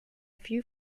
few